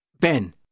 Ben